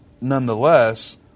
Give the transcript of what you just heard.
nonetheless